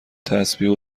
تسبیح